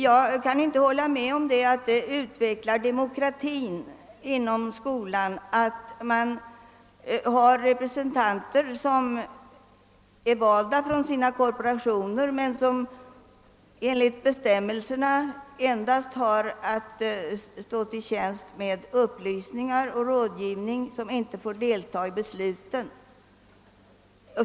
Jag kan inte hålla med om att det skulle utveckla demokratin inom skolan att ha representanter som är valda av sina korporationer men som enligt bestämmelserna endast har att stå till tjänst med upplysningar och rådgivning men inte får delta i besluten.